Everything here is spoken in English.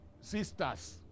sisters